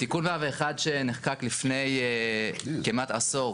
תיקון 101 שנחקק לפני כמעט עשור